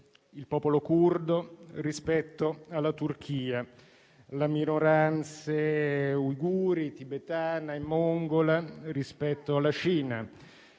il popolo curdo rispetto alla Turchia; le minoranze uiguri, tibetana e mongola rispetto alla Cina;